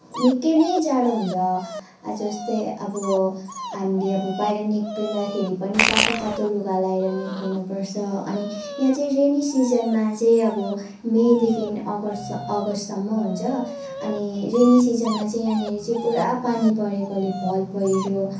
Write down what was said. निकै नै जाडो हुन्छ जस्तै अब हामीले अब बाहिर निक्लिँदा पनि तातो तातो लुगा लगाएर निक्लिनु पर्छ अनि यहाँ चाहिँ रेनी सिजनमा चाहिँ अब मईदेखि अगस्त अगस्तसम्म हुन्छ अनि रेनी सिजनमा चाहिँ यहाँनिर चाहिँ पुरा पानी परेकोले भल पहिरो